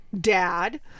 Dad